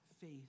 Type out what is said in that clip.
faith